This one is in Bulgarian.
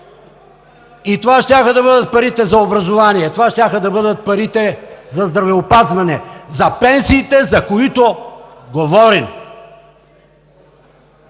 щяха да бъдат парите за образование, това щяха да бъдат парите за здравеопазване, за пенсиите, за които говорим.